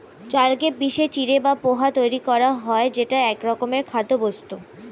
চালকে পিষে চিঁড়ে বা পোহা তৈরি করা হয় যেটা একরকমের খাদ্যবস্তু